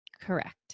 Correct